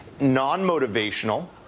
non-motivational